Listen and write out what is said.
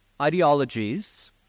ideologies